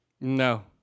No